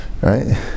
Right